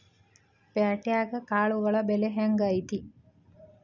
ಪ್ಯಾಟ್ಯಾಗ್ ಕಾಳುಗಳ ಬೆಲೆ ಹೆಂಗ್ ಐತಿ?